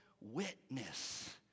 witness